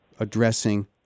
addressing